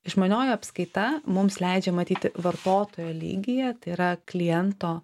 išmanioji apskaita mums leidžia matyti vartotojo lygyje tai yra kliento